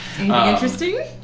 Interesting